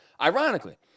Ironically